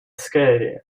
scary